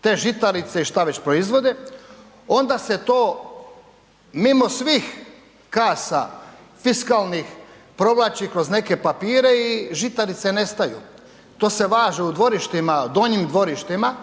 te žitarice i šta već proizvode onda se to mimo svih kasa fiskalnih provlači kroz neke papire i žitarice nestaju. To se važe u dvorištima, donjim dvorištima,